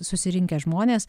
susirinkę žmonės